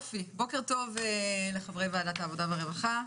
בוקר טוב, לחברי ועדת העבודה והרווחה,